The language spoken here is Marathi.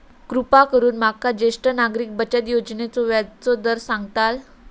कृपा करून माका ज्येष्ठ नागरिक बचत योजनेचो व्याजचो दर सांगताल